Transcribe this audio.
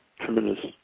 tremendous